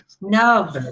No